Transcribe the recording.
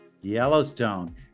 Yellowstone